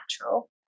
natural